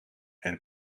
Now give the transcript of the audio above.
and